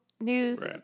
news